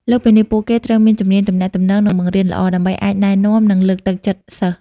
លើសពីនេះ ពួកគេត្រូវមាន ជំនាញទំនាក់ទំនង និងបង្រៀនល្អ ដើម្បីអាចណែនាំ និងលើកទឹកចិត្តសិស្ស។